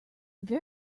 very